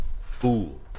Fool